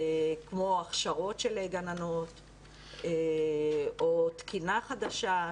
כמו הכשרות של גננות או תקינה חדשה,